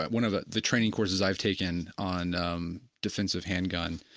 one of ah the training courses i have taken on um defensive handgun,